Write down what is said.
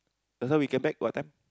just now we came back what time